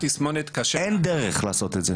אין דרך לעשות את זה.